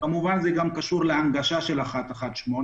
כמובן שזה גם קשור להנגשה של 118,